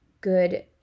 good